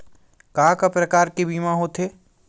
का का प्रकार के बीमा होथे?